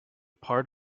part